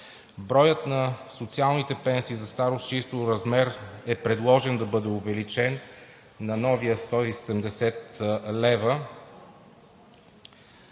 Броят на социалните пенсии за старост, чийто размер е предложен да бъде увеличен на 170 лв.,